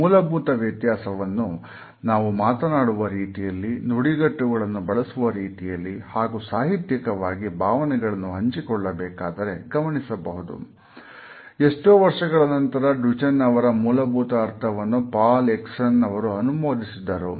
ಈ ಮೂಲಭೂತ ವ್ಯತ್ಯಾಸವನ್ನು ನಾವು ಮಾತನಾಡುವ ರೀತಿಯಲ್ಲಿ ನುಡಿಗಟ್ಟುಗಳನ್ನು ಬಳಸುವ ರೀತಿಯಲ್ಲಿ ಹಾಗೂ ಸಾಹಿತ್ಯಕವಾಗಿ ಭಾವನೆಗಳನ್ನು ಹಂಚಿಕೊಳ್ಳಬೇಕಾದರೆ ಗಮನಿಸಬಹುದು ಎಷ್ಟೋ ವರ್ಷಗಳ ನಂತರ ಡುಚೆನ್ ಅವರ ಮೂಲಭೂತ ಅರ್ಥವನ್ನು ಪಾಲ್ ಎಕ್ಮನ್ ಅವರು ಅನುಮೋದಿಸಿದರು